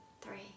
three